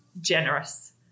generous